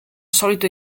solito